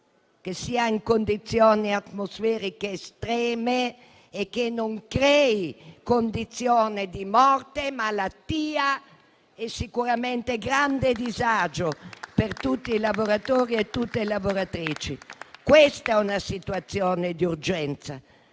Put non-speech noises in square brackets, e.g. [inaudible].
non sia in condizioni atmosferiche estreme e che non crei condizione di morte, malattia sicuramente grande disagio per tutti i lavoratori e tutte le lavoratrici. [applause] Si tratta di una situazione di urgenza